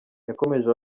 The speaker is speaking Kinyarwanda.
yakomeje